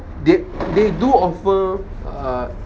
they they do offer err